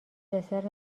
دسر